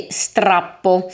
strappo